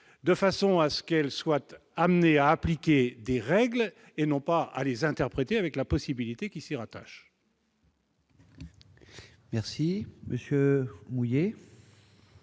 de sorte qu'elle soit amenée à appliquer des règles, et non pas à les interpréter, avec les possibilités qui s'y rattachent. Monsieur Mouiller,